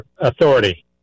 authority